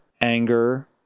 anger